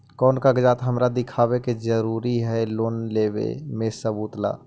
कौन कागज हमरा दिखावे के जरूरी हई लोन लेवे में सबूत ला?